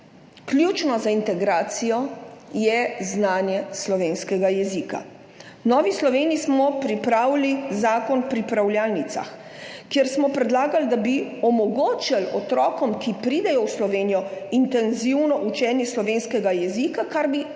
ključno za integracijo je znanje slovenskega jezika. V Novi Sloveniji smo pripravili zakon o pripravljalnicah, kjer smo predlagali, da bi omogočili otrokom, ki pridejo v Slovenijo, intenzivno učenje slovenskega jezika, kar bi pomenilo